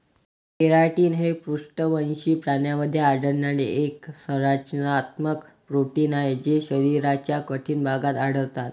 keratin हे पृष्ठवंशी प्राण्यांमध्ये आढळणारे एक संरचनात्मक प्रोटीन आहे जे शरीराच्या कठीण भागात आढळतात